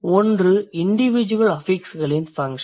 ஒன்று இண்டிவிஜுவல் அஃபிக்ஸ்களின் ஃபன்க்ஷன்